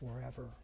forever